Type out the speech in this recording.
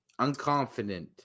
Unconfident